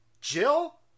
Jill